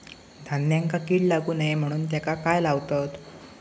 धान्यांका कीड लागू नये म्हणून त्याका काय लावतत?